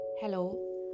Hello